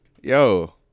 Yo